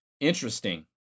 Interesting